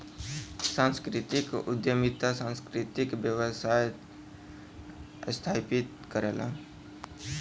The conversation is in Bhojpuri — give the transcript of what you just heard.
सांस्कृतिक उद्यमिता सांस्कृतिक व्यवसाय स्थापित करला